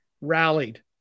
rallied